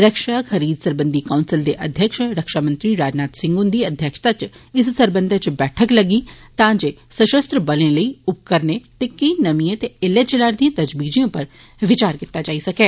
रक्षा खरीद सरबंधी कौंसल दे अध्यक्ष रक्षामंत्री राजनाथ सिंह हन्दी अध्यक्षता च इस सरबंधै च इक बैठक लग्गी तांजे सशस्त्र बलें लेई उपकरण ते केंई नमियें ते एल्लै चला रदियें तजवीजें उप्पर विचार कीता जाई सकै